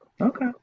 Okay